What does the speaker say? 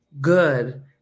good